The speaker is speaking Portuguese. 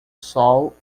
sol